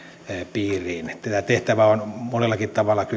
piiriin tämä tehtävä on monellakin tavalla